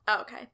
okay